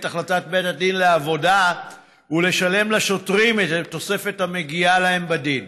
החלטת בית הדין לעבודה ולשלם לשוטרים את התוספת המגיעה להם בדין.